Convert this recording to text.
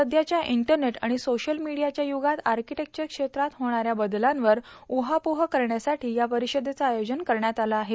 सध्याच्या इंटरनेट आणि सोशल मिडियाच्या युगात आकिटिक्वर क्षेत्रात होणाऱ्या बदलांवर उहापोह करण्यासाठी या परिषदेचं आयोजन करण्यात आलं आहे